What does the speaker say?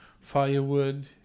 firewood